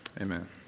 amen